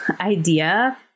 idea